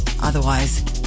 otherwise